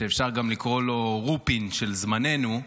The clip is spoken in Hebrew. שאפשר לקרוא לו גם רופין של זמננו,